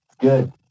Good